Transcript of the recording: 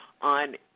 on